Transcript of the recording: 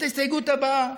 את ההסתייגות הבאה.